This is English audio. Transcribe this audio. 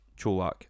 Cholak